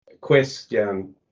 question